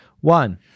One